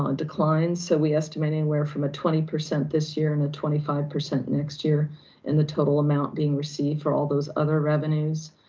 um and decline. so we estimate anywhere from a twenty percent this year, and a twenty five percent next year in the total amount being received for all those other revenues.